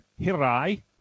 Hirai